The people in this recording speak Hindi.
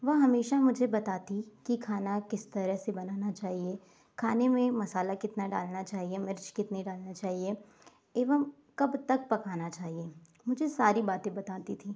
वह हमेशा मुझे बताती कि खाना किस तरह से बनाना चाहिए खाने में मसाला कितना डालना चाहिए मिर्च कितनी डालनी चाहिए एवं कब तक पकाना चाहिए मुझे सारी बातें बताती थीं